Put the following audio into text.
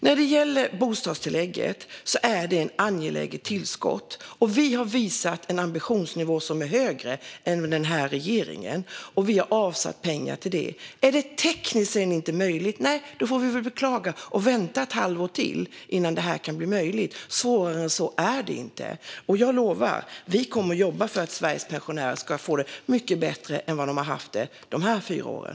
När det gäller bostadstillägget är det ett angeläget tillskott. Vi har visat en ambitionsnivå som är högre än regeringens, och vi har avsatt pengar till detta. Om det sedan inte blir tekniskt möjligt får vi väl beklaga och vänta ett halvår till innan det kan bli möjligt. Svårare än så är det inte. Jag lovar att vi kommer att jobba för att Sveriges pensionärer ska få det mycket bättre än vad de har haft det under de senaste fyra åren.